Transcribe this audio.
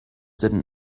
didn’t